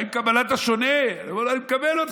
מה עם קבלת השונה?